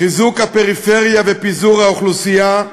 חיזוק הפריפריה ופיזור האוכלוסייה,